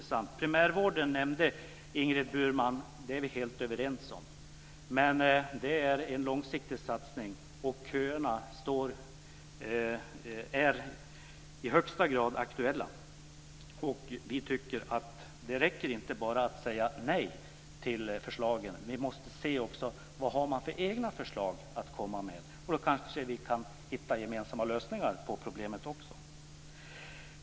Satsning på primärvården nämnde Ingrid Burman, och det är vi helt överens om. Men det är en långsiktig satsning, och köerna är i högsta grad aktuella. Det räcker inte att bara säga nej till förslagen, utan man måste också se vad man har för egna förslag att komma med. Då kanske vi kan hitta gemensamma lösningar på problemet.